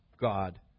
God